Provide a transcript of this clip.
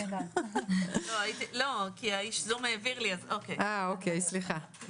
תל אביב והמרכז, בבקשה.